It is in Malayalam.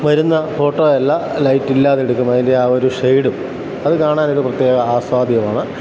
വരുന്ന ഫോട്ടോ അല്ല ലൈറ്റ് ഇല്ലാതെ എടുക്കുമ്പം അതിൻ്റെയാ ഒരു ഷെയ്ഡും അത് കാണാനൊരു പ്രത്യേക ആസ്വാദ്യമാണ്